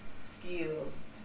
skills